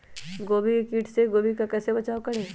गोभी के किट से गोभी का कैसे बचाव करें?